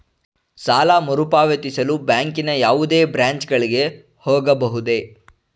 ಸಾಲ ಮರುಪಾವತಿಸಲು ಬ್ಯಾಂಕಿನ ಯಾವುದೇ ಬ್ರಾಂಚ್ ಗಳಿಗೆ ಹೋಗಬಹುದೇ?